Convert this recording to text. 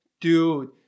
dude